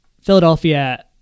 Philadelphia